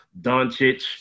Doncic